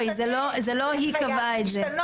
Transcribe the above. זה לא היא קבעה את זה.